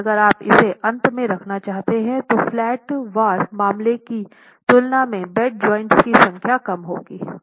लेकिन अगर आप इसे अंत में रखना चाहते थे तो फ्लैट वार मामले की तुलना में बेड जॉइंट्स की संख्या कम होगी